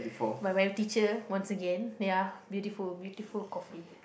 but when your teacher once again ya beautiful beautiful coffee